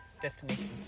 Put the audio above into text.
destination